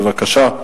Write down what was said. בבקשה.